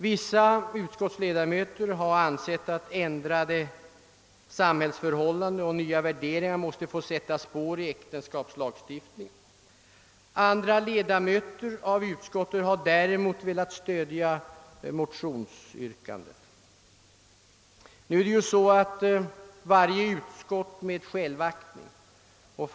Vissa utskottsledamöter har ansett, att ändrade samhällsförhållanden och nya värderingar även måste få sätta spår i äktenskapslagstiftningen. Andra ledamöter av utskottet har däremot velat stödja motionsyrkandet. Varje utskott med självaktning vill åstadkomma enhälliga utlåtanden.